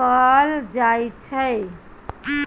कअल जाइ छै